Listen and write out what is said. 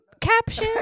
caption